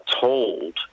told